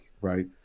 right